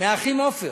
מהאחים עופר.